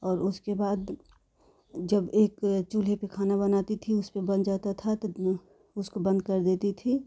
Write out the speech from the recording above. और उसके बाद जब एक चूल्हे पे खाना बनाती थी उस पे बन जाता था तो उसको बंद कर देती थी